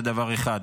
זה, דבר אחד.